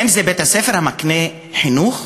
האם זה בית-ספר המקנה חינוך?